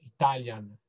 Italian